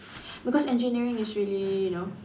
because engineering is really you know